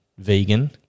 vegan